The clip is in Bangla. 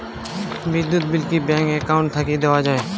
বিদ্যুৎ বিল কি ব্যাংক একাউন্ট থাকি দেওয়া য়ায়?